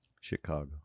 Chicago